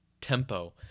tempo